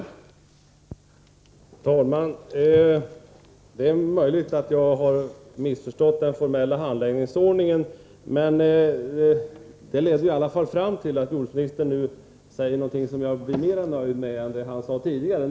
Herr talman! Det är möjligt att jag har missförstått den formella handläggningsordningen. Men nu har i alla fall jordbruksministern sagt något som jag är mer nöjd med än det han sade tidigare.